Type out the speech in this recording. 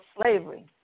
slavery